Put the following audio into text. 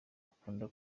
bakunda